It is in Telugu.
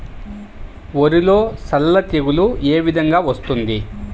వరిలో సల్ల తెగులు ఏ విధంగా వస్తుంది?